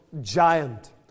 giant